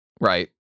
Right